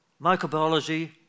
microbiology